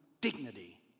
dignity